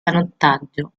canottaggio